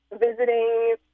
visiting